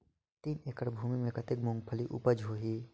तीन एकड़ भूमि मे कतेक मुंगफली उपज होही?